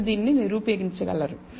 మీరు దీనిని నిరూపించగలదు